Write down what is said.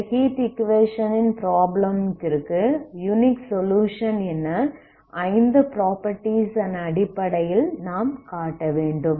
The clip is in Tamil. இந்த ஹீட் ஈக்குவேஷன் ப்ராப்ளமிற்கு யுனிக் சொலுயுஷன் என 5 ப்ராப்பர்ட்டீஸ்ன் அடிப்படையில் நாம் காட்டவேண்டும்